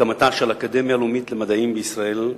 להקמתה של האקדמיה הלאומית למדעים בישראל.